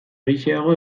gehixeago